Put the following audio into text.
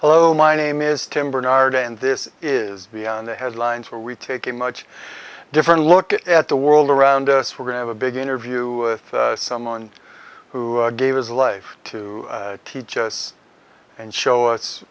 hello my name is tim bernard and this is beyond the headlines where we take a much different look at the world around us we're going to a big interview with someone who gave his life to teach us and show us